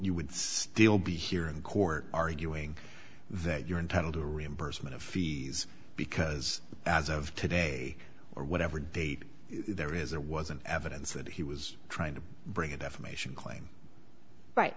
you would still be here in court arguing that you're entitled to reimbursement of fees because as of today or whatever date there is there was an evidence that he was trying to bring a defamation claim right